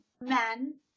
men